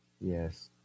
Yes